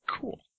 Cool